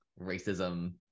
racism